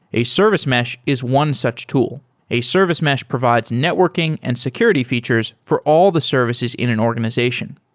a service mesh is one such tool a service mesh provides networking and security features for all the services in an organization.